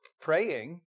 praying